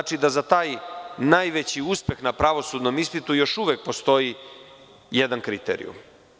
Znači da za taj najveći uspeh na pravosudnom ispitu još uvek postoji jedan kriterijum.